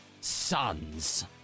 Sons